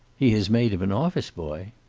he has made him an office boy.